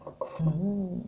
mm